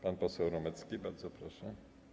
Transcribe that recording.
Pan poseł Romecki, bardzo proszę.